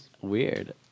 Weird